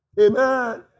Amen